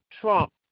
Trump